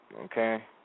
okay